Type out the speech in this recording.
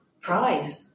pride